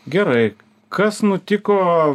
gerai kas nutiko